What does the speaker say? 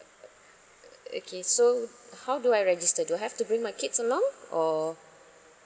okay so how do I register do I have to bring my kids along or